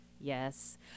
yes